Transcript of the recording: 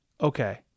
Okay